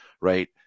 Right